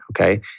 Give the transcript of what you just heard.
Okay